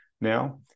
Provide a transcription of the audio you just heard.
now